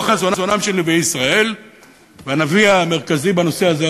חזונם של נביאי ישראל"; והנביא המרכזי בנושא הזה,